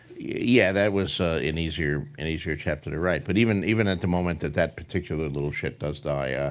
yeah, that was an easier and easier chapter to write. but even even at the moment that that particular little shit does die,